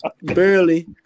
Barely